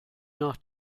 nach